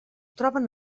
troben